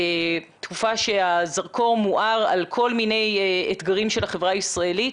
תקופה שהזרקור מואר על כל מיני אתגרים של החברה הישראלית,